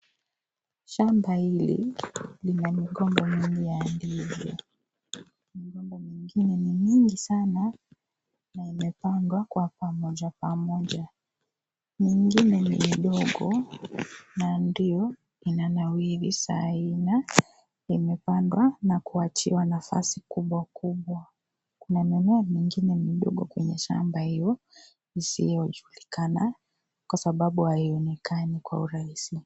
Shamba hili lina migomba mingi ya ndizi. Migomba mingine ni mingi sana na imepandwa kwa pamoja pamoja. Mingine ni midogo na ndio inanawiri saa ina imepandwa na kuachiwa nafasi kubwa kubwa. Na mimea mingine ni ndogo kwenye shamba hiyo isilojulikana kwa sababu haionekana kwa urahisi.